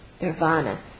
nirvana